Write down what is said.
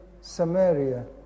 Samaria